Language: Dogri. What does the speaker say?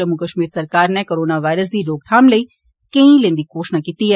जम्मू कश्मीर सरकार नै करोना वायरस दी रोकथाम लेई केंड्र हीलें दी घोशणा कीती ऐ